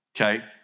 okay